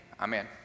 Amen